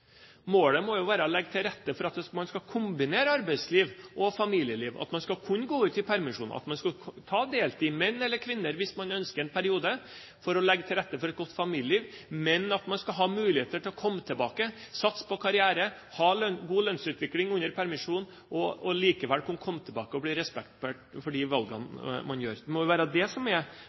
Målet må jo være å legge til rette for at man skal kombinere arbeidsliv og familieliv, at man skal kunne gå ut i permisjon, jobbe deltid – menn eller kvinner – hvis man ønsker det en periode, for å legge til rette for et godt familieliv, men at man skal ha muligheter til å komme tilbake, satse på karriere, ha god lønnsutvikling under permisjon, og likevel komme tilbake og bli respektert for de valgene man gjør. Det må være det som er